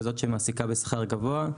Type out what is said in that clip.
וזו שמעסיקה בשכר גבוה.